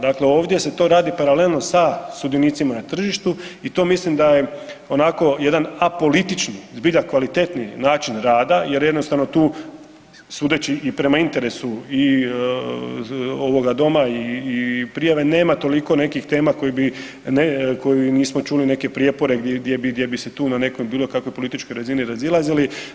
Dakle, ovdje se to radi paralelno sa sudionicima na tržištu i to mislim da je onako jedan apolitični, zbilja kvalitetni način rada jer jednostavno tu sudeći i prema interesu ovoga doma i prijave nema toliko nekih tema koje bi, koju nismo čuli neke prijepore gdje bi, gdje bi se tu na nekoj bilo kakvoj političkoj razini razilazili.